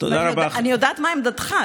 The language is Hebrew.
אני יודעת מה עמדתך.